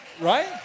right